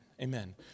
Amen